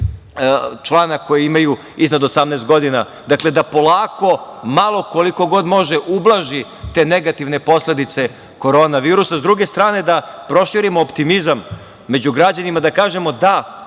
člana koji imaju iznad 18 godina, dakle, da polako, malo, koliko god može, ublaži te negativne posledice korona virusa, a sa druge strane da proširimo optimizam među građanima i da kažemo –